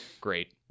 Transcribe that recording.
Great